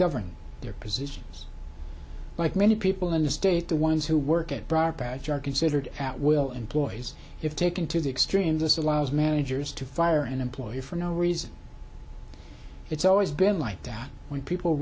govern their positions like many people in the state the ones who work at briar patch are considered at will employees if taken to the extreme this allows managers to fire an employee for no reason it's always been like down when people